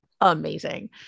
amazing